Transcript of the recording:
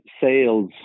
sales